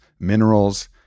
minerals